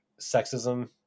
sexism